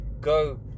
go